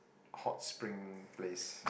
hot spring place